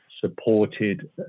supported